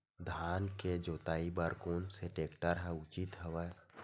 धान के जोताई बर कोन से टेक्टर ह उचित हवय?